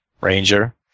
ranger